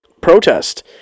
protest